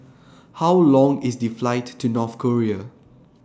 How Long IS The Flight to North Korea